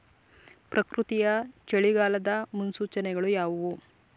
ಪ್ರಕೃತಿಯ ಚಳಿಗಾಲದ ಮುನ್ಸೂಚನೆಗಳು ಯಾವುವು?